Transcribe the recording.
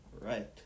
Right